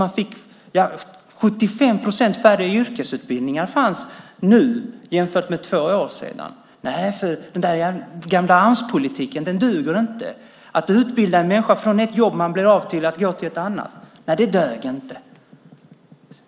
Nu finns 75 procent färre yrkesutbildningar jämfört med för två år sedan, för den gamla Amspolitiken dög inte. Att utbilda en människa som blir av med ett jobb till att kunna gå till ett annat dög inte.